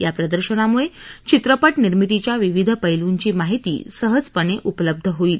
या प्रदर्शनामुळे चित्रपञनिर्मितीच्या विविध पैलूंची माहिती सहजपणे उपलब्ध होईल